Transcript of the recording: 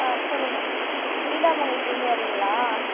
ஆ சொல்லுங்கள் நீடாமங்கலத்தில் இருந்து வரிங்களா